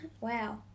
Wow